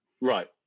Right